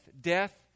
death